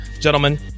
Gentlemen